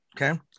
Okay